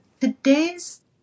today's